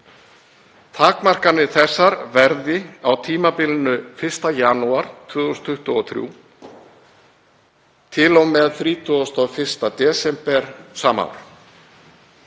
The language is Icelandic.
Takmarkanir þessar verði á tímabilinu 1. janúar 2023 til og með 31. desember 2023.